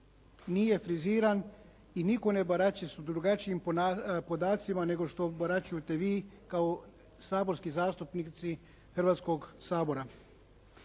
nije friziran i nitko ne baraće s drugačijim podacima, nego što baraćujete vi kao saborski zastupnici Hrvatskog sabora.